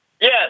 yes